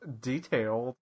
detailed